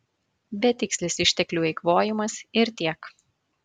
betikslis išteklių eikvojimas ir tiek